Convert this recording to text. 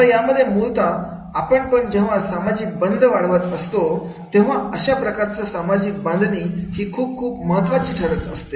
आता यामध्ये मुळतः आपण पण जेव्हा सामाजिक बंध वाढवत असतो तेव्हा अशा प्रकारचा सामाजिक बांधणी ही खूप खूप महत्त्वाची ठरत असते